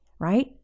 right